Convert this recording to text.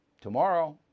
Tomorrow